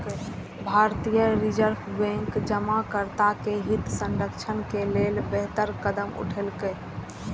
भारतीय reserve bank जमाकर्ता के हित संरक्षण के लिए बेहतर कदम उठेलकै